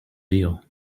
deal